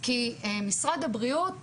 כי משרד הבריאות